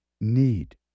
need